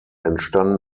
entstanden